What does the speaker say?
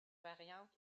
variantes